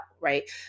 right